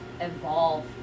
evolve